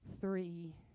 three